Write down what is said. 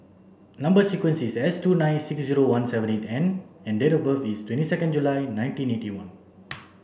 number sequence is S two nine six zero one seven eight N and date of birth is twenty second July nineteen eighty one